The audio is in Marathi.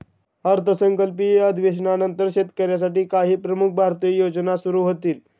अर्थसंकल्पीय अधिवेशनानंतर शेतकऱ्यांसाठी काही प्रमुख भारतीय योजना सुरू होतील